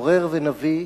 משורר ונביא,